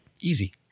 Easy